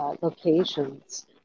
locations